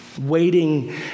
Waiting